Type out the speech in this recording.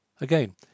Again